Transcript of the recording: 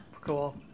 cool